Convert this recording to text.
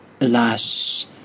Alas